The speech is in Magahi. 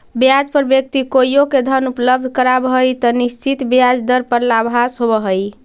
ब्याज पर व्यक्ति कोइओ के धन उपलब्ध करावऽ हई त निश्चित ब्याज दर पर लाभांश होवऽ हई